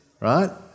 right